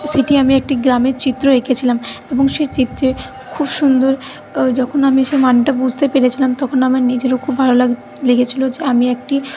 সেটি আমি একটি গ্রামের চিত্র এঁকেছিলাম এবং সেই চিত্রে খুব সুন্দর যখন আমি সেই মানেটা বুঝতে পেরেছিলাম তখন আমার নিজেরও খুব ভালো লাগ লেগেছিল যে আমি একটি